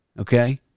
Okay